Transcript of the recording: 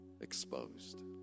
exposed